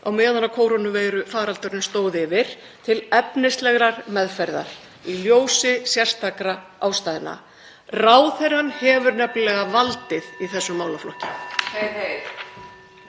á meðan kórónuveirufaraldurinn stóð yfir til efnislegrar meðferðar í ljósi sérstakra ástæðna. Ráðherrann hefur nefnilega valdið í þessum málaflokki.